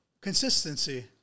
Consistency